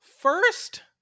first